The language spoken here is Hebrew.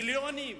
מיליונים,